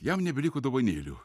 jam nebeliko dovanėlių